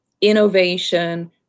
innovation